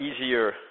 easier